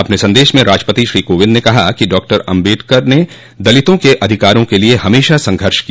अपने संदेश में राष्ट्रपति श्री कोविंद न कहा कि डॉक्टर आम्बेडकर ने दलितों के अधिकारों के लिए हमेशा संघर्ष किया